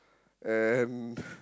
and